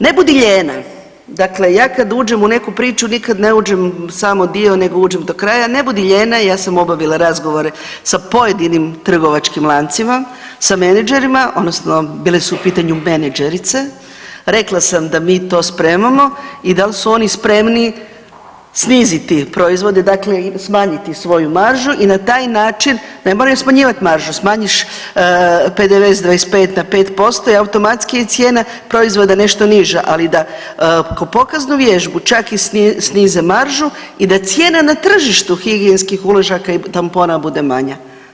Ne budi lijena, dakle ja kad uđem u neku priču nikad ne uđem samo dio nego uđem do kraja, ne budi lijena i ja sam obavila razgovore sa pojedinim trgovačkim lancima sa menadžerima odnosno bile su u pitanju benedžerice, rekla sam da mi to spremamo i dal su oni spremni sniziti proizvode, dakle smanjiti svoju maržu i na taj način, ne moraju smanjivat maržu smanjiš PDV s 25 na 5% i automatski je cijena proizvoda nešto niža, ali da kao pokaznu vježbu čak i snize maržu i da cijene na tržištu higijenskih uložaka i tampona bude manja.